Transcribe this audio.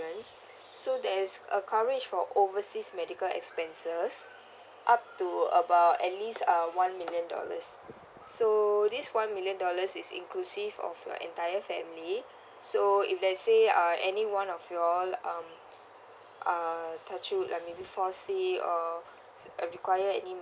so there is a coverage for overseas medical expenses up to about at least uh one million dollars so this one million dollars is inclusive of your entire family so if let's say uh any one of you all um uh touch wood uh maybe fall sick or require any